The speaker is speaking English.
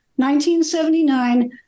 1979